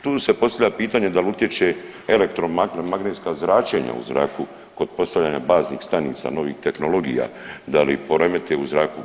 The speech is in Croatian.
Tu se postavlja pitanje da l' utječe elektromagnetska značenja u zraku kod postavljanja baznih stanica novih tehnologija, da li poremete u zraku.